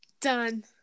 done